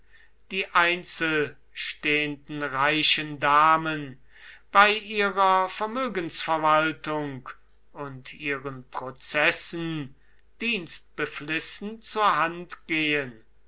die einzelnstehenden reichen damen bei ihrer vermögensverwaltung und ihren prozessen dienstbeflissen zur hand gehen